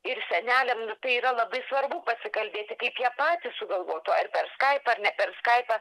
ir seneliam nu tai yra labai svarbu pasikalbėti kaip jie patys sugalvotų ar per skaipą ar ne per skaipą